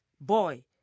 boy